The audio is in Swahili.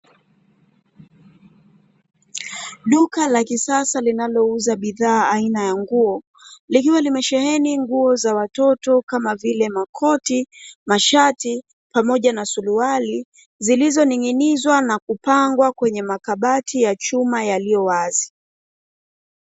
Duka la kisasa linalouza bidhaa aina ya nguo, likiwa limesheheni nguo za watoto kama vile makoti, mashati pamoja na suruali zilizoninginizwa na kupangwa kwenye makabati ya chuma yaliyowazi.